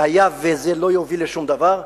והיה וזה לא יוביל לשום דבר,